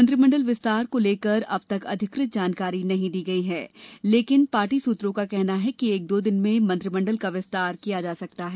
मंत्रिमण्डल विस्तार के लिए अब तक अधिकृत जानकारी नहीं दी गई है लेकिन पार्टी सूत्रों का कहना है कि एक दो दिन में मंत्रिमण्डल का विस्तार किया जा सकता है